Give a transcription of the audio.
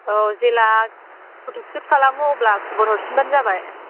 औ जेब्ला फट'सुट खालामो अब्ला खबर हरफिनबानो जाबाय